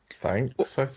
Thanks